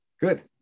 Good